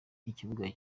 ikibuga